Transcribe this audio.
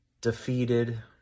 defeated